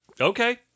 Okay